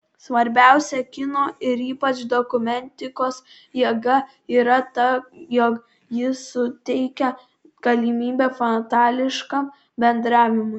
svarbiausia kino ir ypač dokumentikos jėga yra ta jog ji suteikia galimybę fatališkam bendravimui